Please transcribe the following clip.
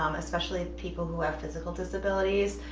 um especially people who have physical disabilities.